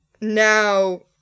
now